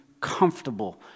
comfortable